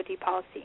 policy